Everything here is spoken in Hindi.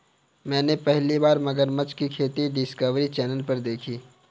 मैंने पहली बार मगरमच्छ की खेती डिस्कवरी चैनल पर देखी